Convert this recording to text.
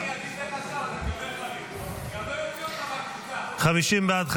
וכעת הסתייגות 40, הצבעה.